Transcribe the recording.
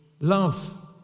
love